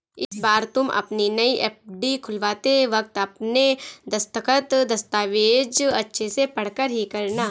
इस बार तुम अपनी नई एफ.डी खुलवाते वक्त अपने दस्तखत, दस्तावेज़ अच्छे से पढ़कर ही करना